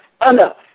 enough